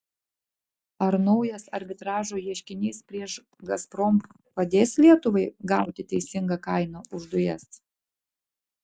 ar naujas arbitražo ieškinys prieš gazprom padės lietuvai gauti teisingą kainą už dujas